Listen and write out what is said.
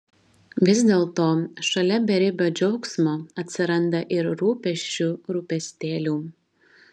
vis dėlto šalia beribio džiaugsmo atsiranda ir rūpesčių rūpestėlių